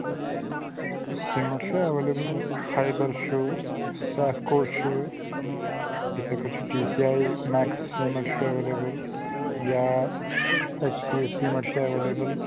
سیٖمَٹھ چھُ ایٚویلیبٔل کھایبَر چھُ سیفکو چھُ یِتھٕے پٲٹھۍ چھُ T C A max cement چھُ ایٚویلیبٔل یا ایچ کے سیٖمَٹھ چھُ ایٚویلیبٔل